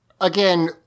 again